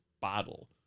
bottle